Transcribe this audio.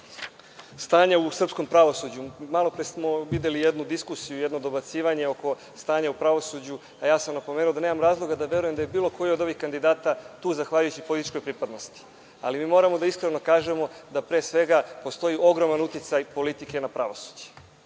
stanja u srpskom pravosuđu, malopre smo videli jednu diskusiju i dobacivanje oko stanja u pravosuđu, a ja sam napomenuo da nemam razloga da verujem da je bilo koji od ovih kandidata tu zahvaljujući političkoj pripadnosti. Ali moramo iskreno da kažemo da pre svega postoji ogroman uticaj politike na pravosuđe